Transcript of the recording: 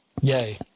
yay